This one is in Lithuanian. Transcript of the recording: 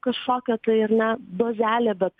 kažkokia tai ar ne bazelė bet